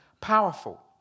powerful